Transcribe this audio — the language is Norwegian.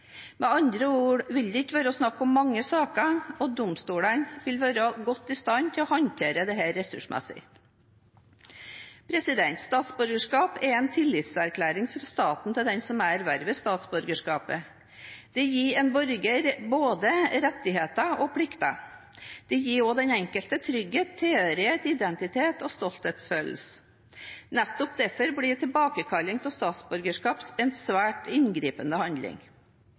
Med andre ord vil det ikke være snakk om mange saker, og domstolene vil være godt i stand til å håndtere dette ressursmessig. Statsborgerskap er en tillitserklæring fra staten til den som erverver statsborgerskapet. Det gir en borger både rettigheter og plikter. Det gir også den enkelte trygghet, tilhørighet, identitet og stolthetsfølelse. Nettopp derfor blir tilbakekalling av statsborgerskap en svært inngripende handling.